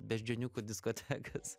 beždžioniukų diskotekas